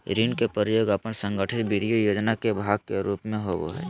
ऋण के प्रयोग अपन संगठित वित्तीय योजना के भाग के रूप में होबो हइ